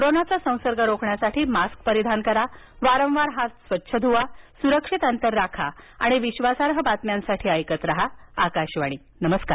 कोरोनाचा संसर्ग रोखण्यासाठी मास्क परिधान करा वारंवार हात स्वच्छ धुवा सुरक्षित अंतर राखा आणि विश्वासार्ह बातम्यांसाठी ऐकत राहा आकाशवाणी नमस्कार